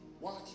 Watch